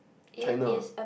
China